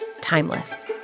timeless